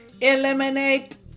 eliminate